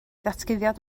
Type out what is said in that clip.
ddatguddiad